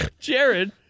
Jared